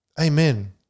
Amen